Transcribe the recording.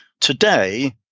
Today